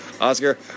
Oscar